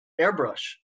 airbrush